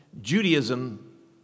Judaism